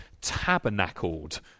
tabernacled